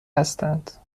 هستند